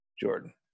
jordan